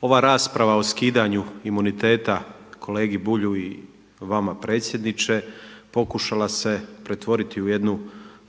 Ova rasprava o skidanju imuniteta kolegi Bulju i vama predsjedniče pokušala se pretvoriti u jednu